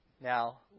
now